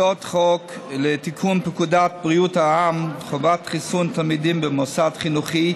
הצעת חוק לתיקון פקודת בריאות העם (חובת חיסון תלמידים במוסד חינוכי),